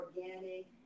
organic